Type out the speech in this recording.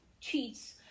cheats